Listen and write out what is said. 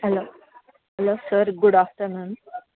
hello hello sir good afternoon